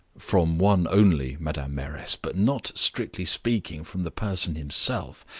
from one only, madam mayoress but not, strictly speaking, from the person himself.